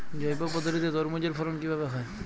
জৈব পদ্ধতিতে তরমুজের ফলন কিভাবে হয়?